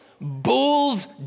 bulls